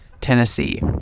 Tennessee